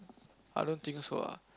I don't think so lah